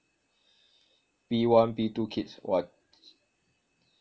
P one P two kids !wah!